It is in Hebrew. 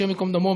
השם ייקום דמו,